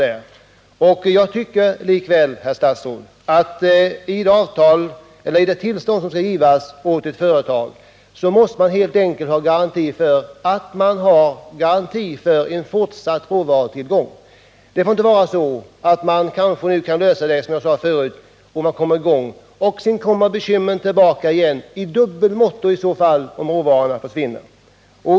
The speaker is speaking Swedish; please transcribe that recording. I det tillstånd som skall ges åt ett företag anser jag därför, herr statsråd, att det måste begäras garanti för fortsatt råvarutillgång. Det får inte vara så att man kanske löser problemen för tillfället och kommer i gång nu — och sedan får bekymren tillbaka i dubbel måtto om råvaran försvinner.